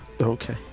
Okay